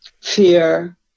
fear